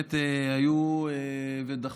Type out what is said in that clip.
שבאמת היו ודחפו,